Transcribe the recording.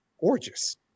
gorgeous